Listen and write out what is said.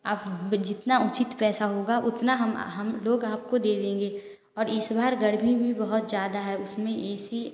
आप जितना उचित पैसा होगा उतना हम हम लोग आपको दे देंगे और इस बार गर्मी भी बहुत ज्यादा है उसमें ऐसी